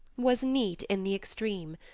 was neat in the extreme.